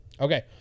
okay